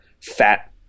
fat